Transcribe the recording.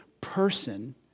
person